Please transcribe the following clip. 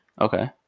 Okay